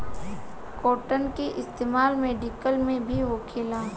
cotton के इस्तेमाल medical में भी होखेला